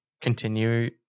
continue